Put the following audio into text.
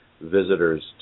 visitors